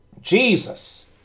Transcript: Jesus